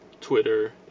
Twitter